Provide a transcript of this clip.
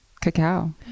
cacao